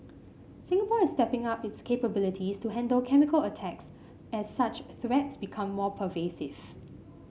Singapore is stepping up its capabilities to handle chemical attacks as such threats become more pervasive